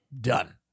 done